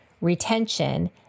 retention